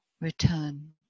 return